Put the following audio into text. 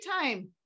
time